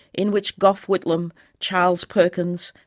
in which gough whitlam, charles perkins,